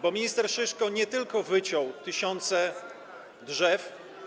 Bo minister Szyszko nie tylko wyciął tysiące drzew.